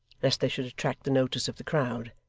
lest they should attract the notice of the crowd,